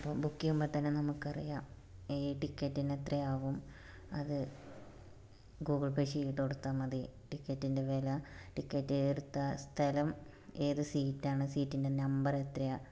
അപ്പോൾ ബുക്ക് ചെയ്യുമ്പം തന്നെ നമുക്കറിയാം ഏ ടിക്കറ്റിന് എത്രയാവും അത് ഗൂഗിള് പേ ചെയ്തു കൊടുത്താൽ മതി ടിക്കറ്റിന്റെ വില ടിക്കറ്റ് എടുത്ത സ്ഥലം ഏത് സീറ്റ് ആണ് സീറ്റിന്റെ നമ്പർ എത്രയാണ്